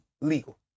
legal